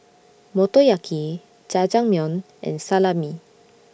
Motoyaki Jajangmyeon and Salami